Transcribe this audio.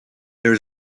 there